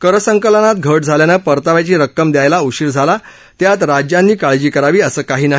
करसंकलनात घट आल्यानं परताव्याची रक्कम द्यायला उशीर झाला त्यात राज्यांनी काळजी करावी असं काही नाही